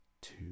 two